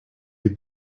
you